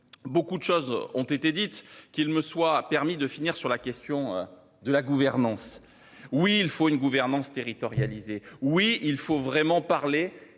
beaucoup de choses ont été dites, qu'il me soit permis de finir sur la question de la gouvernance. Oui il faut une gouvernance territorialisée. Oui, il faut vraiment parler